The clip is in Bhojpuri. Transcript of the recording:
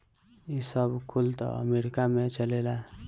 ई सब कुल त अमेरीका में चलेला